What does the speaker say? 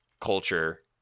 culture